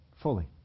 Fully